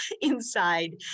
inside